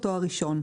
או תואר ראשון.